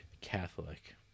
Catholic